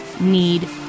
need